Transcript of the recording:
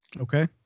okay